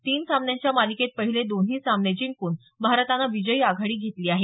तीन सामन्यांच्या मालिकेत पहिले दोन्ही सामने जिंकून भारतानं विजयी आघाडी घेतली आहे